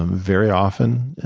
um very often,